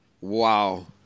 Wow